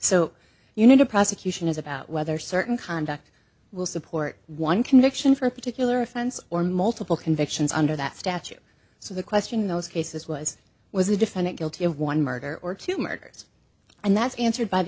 so you need a prosecution is about whether certain conduct will support one conviction for a particular offense or multiple convictions under that statute so the question in those cases was was the defendant guilty of one murder or two murders and that's answered by the